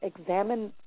examine